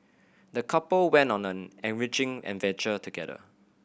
the couple went on an enriching adventure together